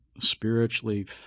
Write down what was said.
spiritually